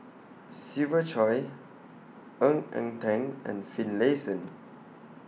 Siva Choy Ng Eng Teng and Finlayson